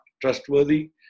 trustworthy